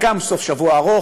חלקם סוף שבוע ארוך,